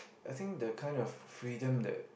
I think the kind of freedom that